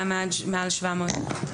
לצורך קבלת חוות דעת מקצועית כאמור בסעיף 6ג(א)(4)